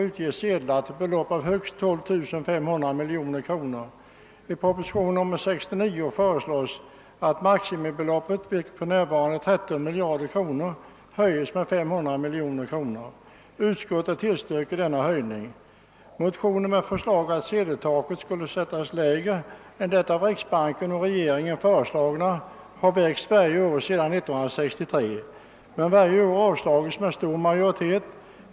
Utskottet tillstyrker denna höjning. Motioner med förslag att sedeltaket skulle sättas lägre än det av riksbanken och regeringen föreslagna har väckts varje år sedan år 1963 men varje år avslagits med stor majoritet.